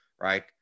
right